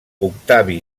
octavi